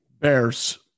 Bears